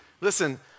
Listen